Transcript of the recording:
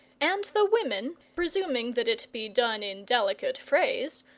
and the women, presuming that it be done in delicate phrase,